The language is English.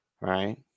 right